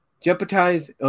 jeopardize